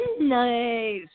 Nice